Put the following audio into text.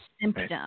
symptom